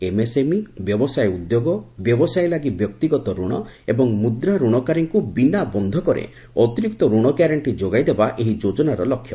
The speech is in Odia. ଏମ୍ଏସ୍ଏମ୍ଇ ବ୍ୟବସାୟ ଉଦ୍ୟୋଗ ବ୍ୟବସାୟ ଲାଗି ବ୍ୟକ୍ତିଗତ ଋଣ ଏବଂ ମୁଦ୍ରା ଋଣକାରୀଙ୍କୁ ବିନା ବନ୍ଧକରେ ଅତିରିକ୍ତ ଋଣ ଗ୍ୟାରେଣ୍ଟି ଯୋଗାଇଦେବା ଏହି ଯୋଜନାର ଲକ୍ଷ୍ୟ